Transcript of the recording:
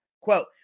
Quote